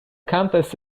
campus